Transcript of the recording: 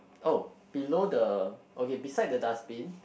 oh below the okay beside the dustbin